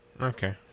Okay